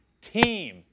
team